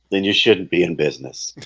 then you shouldn't be in business